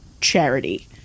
charity